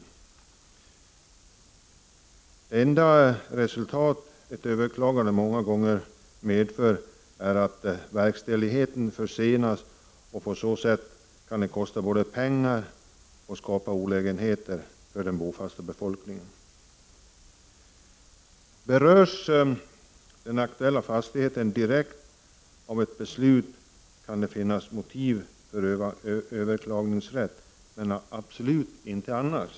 Det enda resultat ett överklagande medför är många gånger att verkställigheten försenas, och på så sätt kostar detta pengar och skapar olägenheter för den bofasta befolkningen. Om den aktuella fastigheten berörs direkt av ett beslut, kan det finnas motiv för överklaganderätt, men absolut inte annars.